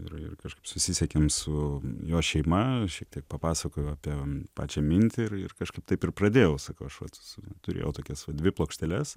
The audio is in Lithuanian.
ir ir kažkaip susisiekėme su jo šeima šiek tiek papasakojau apie pačią mintį ir ir kažkaip taip ir pradėjau sakau aš vat turėjau tokias va dvi plokšteles